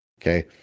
Okay